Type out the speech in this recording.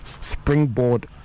springboard